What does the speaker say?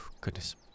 Goodness